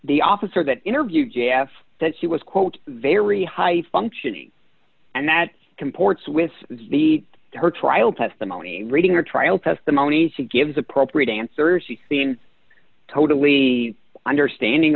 the officer that interviewed gaffe that she was quote very high functioning and that comports with the need her trial testimony reading or trial testimony she gives appropriate answers she seems totally understanding